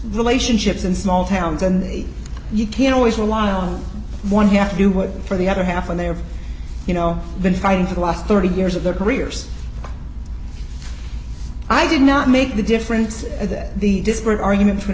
relationships in small towns and you can't always rely on one have to do what for the other half when they are you know been fighting for the last thirty years of their careers i did not make the difference that the disparate argument